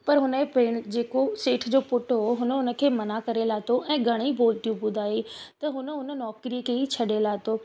पर हुनजे भेण जेको सेठ जो पुट हुओ हुन हुनखे मना करे लाथो ऐं घणेई बोलतियूं ॿुधाई त हुन हुन नौकिरीअ खे ई छॾे लाथो